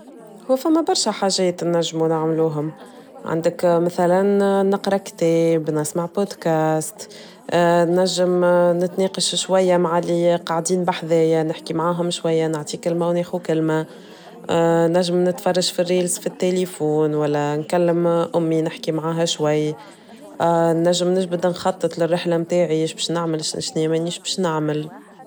هو فما برشا حاجات ننجمو نعملوهم، عندك مثلا نقرا كتاب نسمع بودكاست ننجم نتناقش شوية مع اللي قاعدين بحذايا نحكي معاهم شوية نعطي كلمة وناخد كلمة نجم نتفرج فالريلز فتليفون والا نكلم أمي نحكي معاها شوي نجم نيش بدنا نخطط للرحلة متاعي ايش باش نعمل ايش باش نعمل.